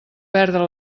perdre